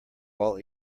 all